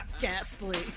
ghastly